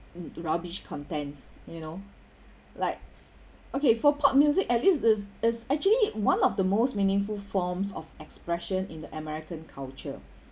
rubbish contents you know like okay for pop music at least it's it's actually one of the most meaningful forms of expression in the american culture